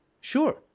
sure